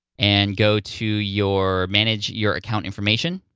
and go to your manage your account information.